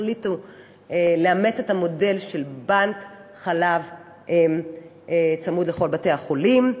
החליטו לאמץ את המודל של בנק חלב אם צמוד לכל בתי-החולים.